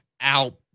out